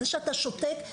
זה שאתה שותק,